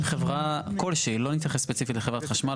אם חברה כלשהי לא נתייחס ספציפית לחברת חשמל,